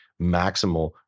maximal